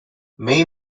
mae